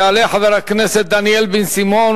יעלה חבר הכנסת דניאל בן-סימון,